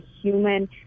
human